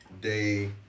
day